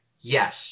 Yes